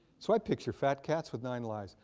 so i picture fat cats with nine lives.